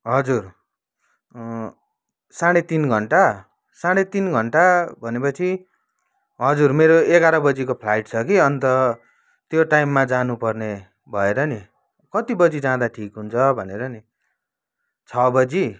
हजुर साढे तिन घन्टा साढे तिन घन्टा भनेपछि हजुर मेरो एघार बजीको फ्लाइट कि अन्त त्यो टाइममा जानुपर्ने भएर नि कति बजी जाँदा ठिक हुन्छ भनेर नि छ बजी